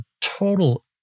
total